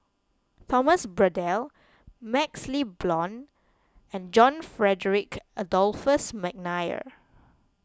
Thomas Braddell MaxLe Blond and John Frederick Adolphus McNair